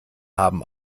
haben